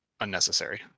unnecessary